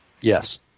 Yes